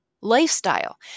lifestyle